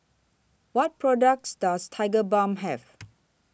What products Does Tigerbalm Have